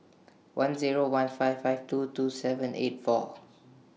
one Zero one five five two two seven eight four